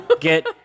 Get